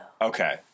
Okay